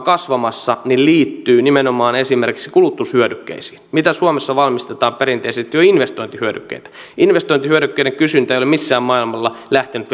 kasvamassa liittyy nimenomaan esimerkiksi kulutushyödykkeisiin mitä suomessa valmistetaan perinteisesti investointihyödykkeitä investointihyödykkeiden kysyntä ei ole missään maailmalla lähtenyt